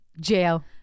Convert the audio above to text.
Jail